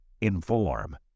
Inform